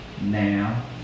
now